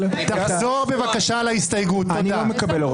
הוא באמצע הסתייגות, איך אפשר להוציא אותו?